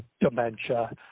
dementia